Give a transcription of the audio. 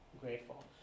grateful